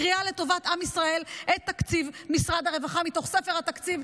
אני מקריאה לטובת עם ישראל את תקציב משרד הרווחה מתוך ספר התקציב,